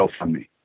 GoFundMe